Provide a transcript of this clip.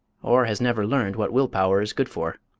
or has never learned what will-power is good for.